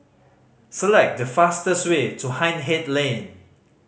select the fastest way to Hindhede Lane